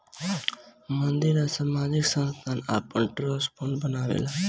मंदिर या सामाजिक संस्थान आपन ट्रस्ट फंड बनावेला